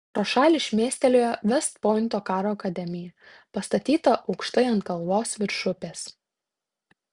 pro šalį šmėstelėjo vest pointo karo akademija pastatyta aukštai ant kalvos virš upės